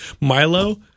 Milo